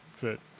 fit